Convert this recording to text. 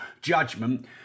judgment